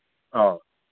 ꯑꯧ